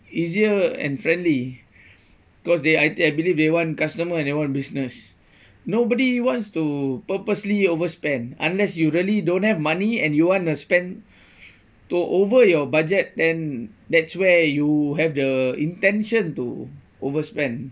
easier and friendly cause they I I believe they want customer they want business nobody wants to purposely overspend unless you really don't have money and you want to spend to over your budget then that's where you have the intention to overspend